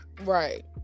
Right